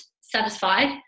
satisfied